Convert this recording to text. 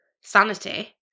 sanity